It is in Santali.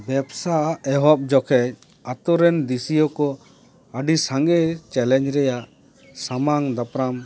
ᱵᱮᱵᱽᱥᱟ ᱮᱦᱚᱵ ᱡᱚᱠᱷᱮᱡ ᱟᱛᱳ ᱨᱮ ᱫᱤᱥᱭᱟᱹ ᱠᱚ ᱟᱹᱰᱤ ᱥᱟᱸᱜᱮ ᱪᱮᱞᱮᱧᱡᱽ ᱨᱮᱭᱟᱜ ᱥᱟᱢᱟᱝ ᱫᱟᱯᱨᱟᱢ